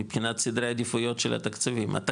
מבחינת סדרי עדיפויות של התקציבים,